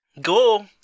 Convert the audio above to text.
Go